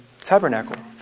tabernacle